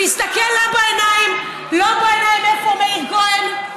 להסתכל לה בעיניים, לו בעיניים, איפה מאיר כהן?